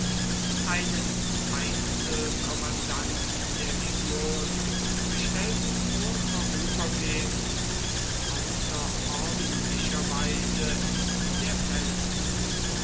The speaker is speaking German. einen einzelkommandanten der legion bestellte nur vorübergehend und außerordentlicherweise der feldherr